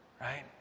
right